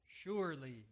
Surely